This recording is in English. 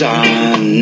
on